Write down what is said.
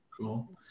Cool